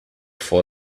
for